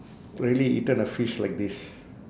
really eaten a fish like this